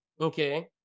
Okay